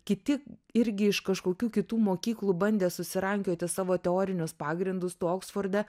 kiti irgi iš kažkokių kitų mokyklų bandė susirankioti savo teorinius pagrindus tu oksforde